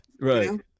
right